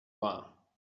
war